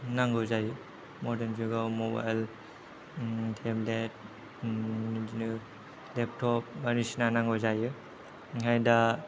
नांगौ जायो मर्डान जुगाव मबाइल टेब्लेट बिदिनो लेबटब बायदिसिना नांगौ जायो आमफ्राय दा